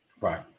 right